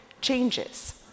changes